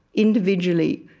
individually,